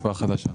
תקווה חדשה.